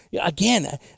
Again